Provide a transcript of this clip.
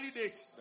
date